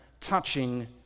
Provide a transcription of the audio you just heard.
touching